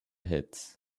hits